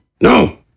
No